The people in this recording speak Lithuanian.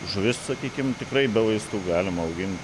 žuvis sakykim tikrai be vaistų galima auginti